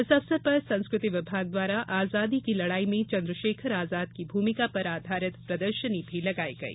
इस अवसर पर संस्कृति विभाग द्वारा आजादी की लड़ाई मे चन्द्रशेखर आजाद की भूमिका पर आधारित प्रदर्शनी लगाई गई